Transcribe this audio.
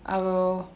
I will